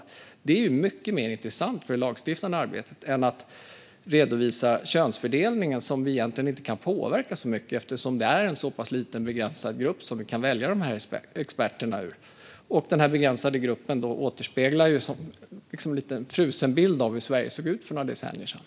Detta är ju mycket mer intressant för det lagstiftande arbetet än att redovisa könsfördelningen, som vi egentligen inte kan påverka så mycket eftersom det är en så pass liten, begränsad grupp som vi kan välja dessa experter ur. Denna begränsade grupp återspeglar en lite frusen bild av hur Sverige såg ut för några decennier sedan.